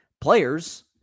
Players